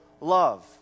love